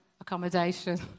accommodation